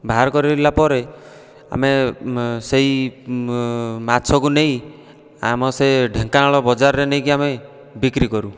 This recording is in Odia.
ବାହାର କରିଲା ପରେ ଆମେ ସେହି ମାଛକୁ ନେଇ ଆମର ସେ ଢେଙ୍କାନାଳ ବଜାରରେ ନେଇକି ଆମେ ବିକ୍ରି କରୁ